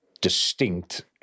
distinct